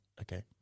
okay